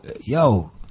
yo